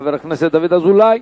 חבר הכנסת דוד אזולאי.